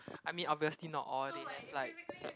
I mean obviously not all they have like